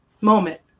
moment